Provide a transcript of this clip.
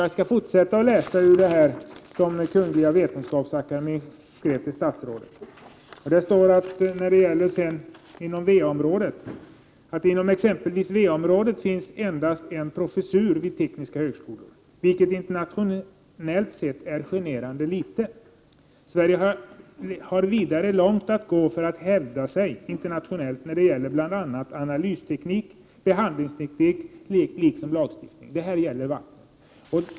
Jag skall fortsätta att citera ur Kungl. Vetenskapsakademiens skrivelse till statsrådet för miljöoch energidepartementet. Det sägs där vidare: ”Inom exempelvis va-området finns endast en professur vid tekniska högskolor, vilket internationellt sett är generande lite. Sverige har vidare långt att gå för att hävda sig internationellt när det gäller bland annat analysteknik och behandlingsteknik liksom lagstiftning.” Detta gäller alltså vatten.